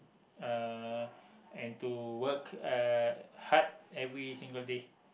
uh and to work uh hard every single day